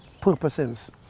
purposes